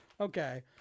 Okay